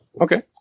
Okay